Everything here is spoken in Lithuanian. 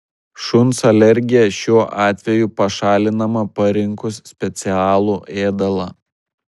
šuns alergija šiuo atveju pašalinama parinkus specialų ėdalą